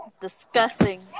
Disgusting